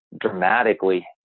dramatically